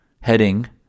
heading